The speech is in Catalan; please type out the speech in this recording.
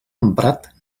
emprat